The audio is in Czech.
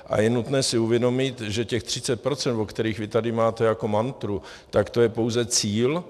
A je nutné si uvědomit, že těch 30 %, o kterých vy tady máte jako mantru, tak to je pouze cíl.